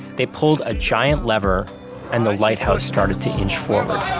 they pulled a giant lever and the lighthouse started to inch forward